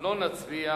לא נצביע.